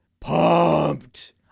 pumped